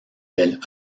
del